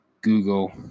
Google